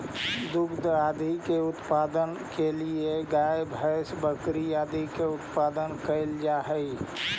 दुग्ध आदि के उत्पादन के लिए गाय भैंस बकरी इत्यादि का पालन करल जा हई